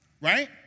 Right